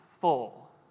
full